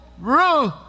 Ruth